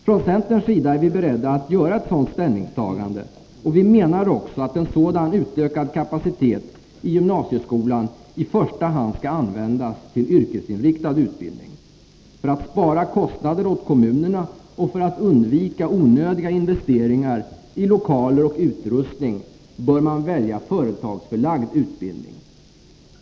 Från centerns sida är vi beredda att göra ett sådant ställningstagande, och vi menar också att en sådan utökad kapacitet i gymnasieskolan i första hand skall användas till yrkesinriktad utbildning. För att spara pengar åt kommunerna och för att undvika onödiga investeringar i lokaler och utrustning bör man välja företagsförlagd utbildning.